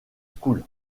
school